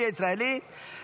במאבק מזוין נגד מדינת ישראל (תיקוני חקיקה),